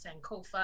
Sankofa